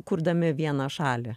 kurdami vieną šalį